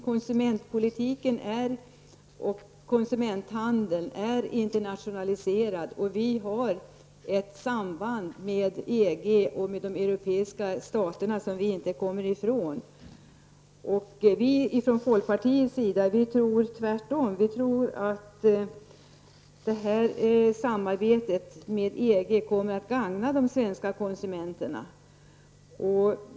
Konsumentpolitiken och konsumenthandeln är internationaliserade, och vi har ett samband med EG och med de europeiska staterna som vi inte kommer ifrån. Vi från folkpartiets sida tror tvärtom att samarbetet med EG kommer att gagna de svenska konsumenterna.